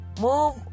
move